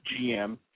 GM